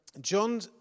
John